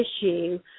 issue